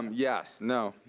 yes, no,